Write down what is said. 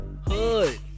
hood